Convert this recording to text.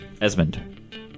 Esmond